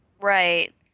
Right